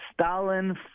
Stalin